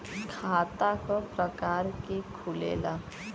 खाता क प्रकार के खुलेला?